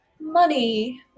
Money